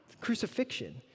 crucifixion